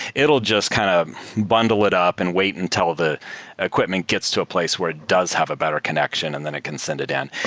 it'll will just kind of bundle it up and wait until the equipment gets to a place where it does have a better connection and then it can send it in.